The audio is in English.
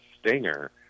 stinger